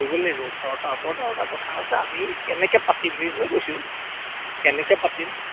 কৰিব লাগিব আৰু তাৰ ওপৰত আৰু এটা কথা আছে আমি কেনেকে পাতিম বুলি কৈছোঁ কেনেকে পাতিম